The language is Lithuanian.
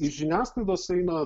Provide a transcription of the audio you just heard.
žiniasklaidos eina